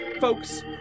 folks